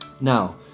Now